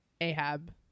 Ahab